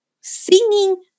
singing